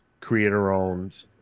creator-owned